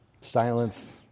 Silence